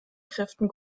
kräften